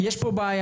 יש פה בעיה.